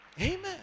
amen